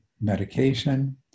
medication